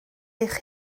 eich